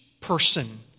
person